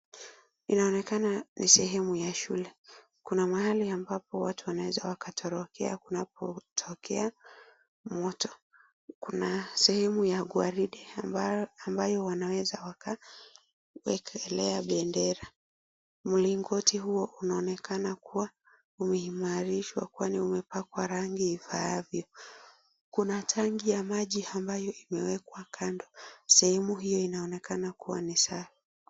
Inaonekana ni sehemu ya shule. Kuna mahali ambapo watu wanaweza wakatorokea kunapotokea moto. Kuna sehemu ya gwaride ambalo ambayo wanaweza wakawekelea bendera. Mligoti huo unaonekana kuwa umeimalishwa kwani umepakwa rangi ifaavyo. Kuna tank ya maji ambayo imewekwa kando, sehemu hiyo inaonekana kuwa ni safi.